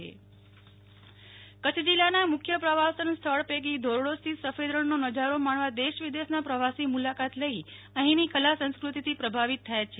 નેહ્લ ઠક્કર ધોરડો પ્રદર્શન કચ્છ જિલ્લાના મુખ્ય પ્રવાસન સ્થળ પૈકી ધોરડો સ્થિત સફેદ રણનો નજારો માણવા દેશવિદેશના પ્રવાસી મુલાકાત લઈ અફીંની કલા સંસ્કૃતિથી પ્રભાવિત થાય છે